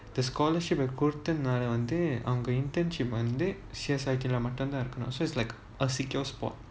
the scholarship வந்துஅவங்க:vanthu avanga internship வந்து:vanthu C_S_I_T மட்டும்தான்இருக்கனும்:mattum thaan irukanum so it's like a secure spot